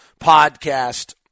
Podcast